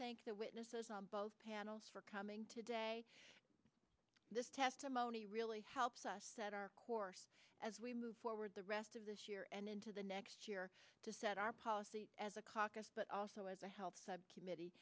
thank the witnesses on both panels for coming today this testimony really helps us set our course as we move forward the rest of this year and into the next year to set our policy as a caucus but also as a health sub